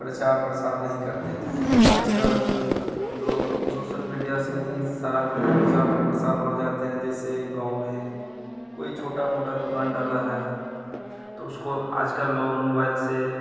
प्रचार प्रसार नहीं करते थे आज कल लोग सोसल मीडिया से ही सारा कुछ प्रचार प्रसार हो जाते हैं जैसे कोई गाँव में कोई छोटी मोटी दुकान डाली है तो उसको आज कल लोग मोबाइल से